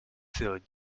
silk